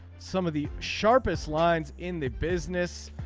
some of the sharpest lines in the business.